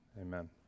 Amen